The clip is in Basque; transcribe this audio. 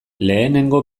lehenengo